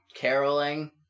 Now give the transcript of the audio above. caroling